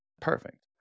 Perfect